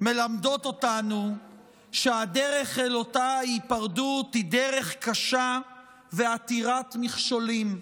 מלמדות אותנו שהדרך אל אותה היפרדות היא דרך קשה ועתירת מכשולים.